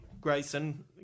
Grayson